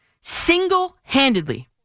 single-handedly